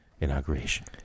Inauguration